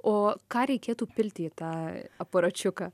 o ką reikėtų pilti į tą aparačiuką